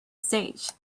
stage